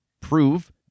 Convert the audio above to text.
prove